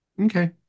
Okay